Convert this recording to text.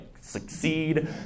succeed